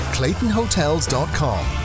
ClaytonHotels.com